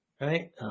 right